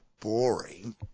Boring